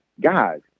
guys